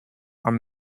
are